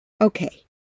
Okay